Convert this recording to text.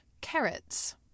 carrots